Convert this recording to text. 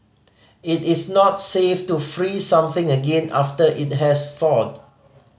it is not safe to freeze something again after it has thawed